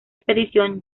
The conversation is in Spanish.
expedición